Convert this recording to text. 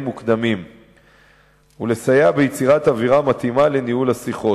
מוקדמים ולסייע ביצירת אווירה מתאימה לניהול השיחות.